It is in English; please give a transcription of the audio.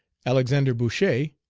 alexander bouchet,